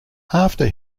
after